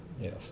Yes